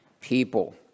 people